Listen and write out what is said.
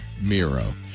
Miro